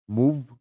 move